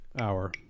Hour